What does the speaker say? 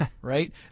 right